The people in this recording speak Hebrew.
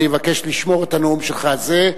אני אבקש לשמור את הנאום שלך הזה.